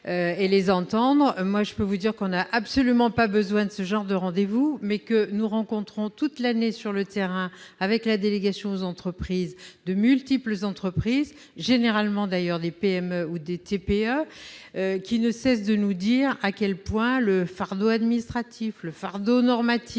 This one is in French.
des grands groupes ... Nous n'avons absolument pas besoin de ce genre de rendez-vous : nous rencontrons toute l'année sur le terrain, avec la délégation aux entreprises, de nombreuses entreprises, généralement d'ailleurs des PME ou des TPE, qui ne cessent de nous dire à quel point le fardeau administratif et normatif